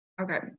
Okay